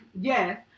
Yes